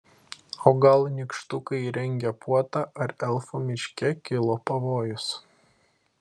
o gal nykštukai rengia puotą ar elfų miške kilo pavojus